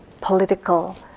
political